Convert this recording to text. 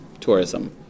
tourism